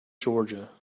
georgia